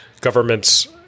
governments